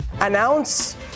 announce